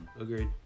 Agreed